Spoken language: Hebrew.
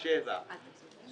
אני מציע שחבר הכנסת הנכבד,